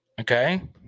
Okay